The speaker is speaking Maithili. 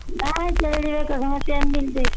नहि चलि अएबै कखनो टाइम मिलतै